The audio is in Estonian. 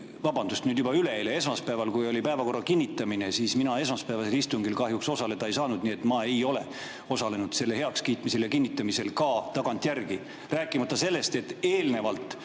vabandust, nüüd juba üleeile, esmaspäeval, kui oli päevakorra kinnitamine, siis mina esmaspäevasel istungil kahjuks osaleda ei saanud, nii et ma ei ole osalenud selle heakskiitmisel ja kinnitamisel ka tagantjärgi, rääkimata sellest, et kodu‑